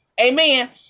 Amen